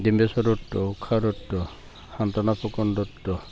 Dimbeswar Dutta Usha Dutta Santwana Phukan Dutta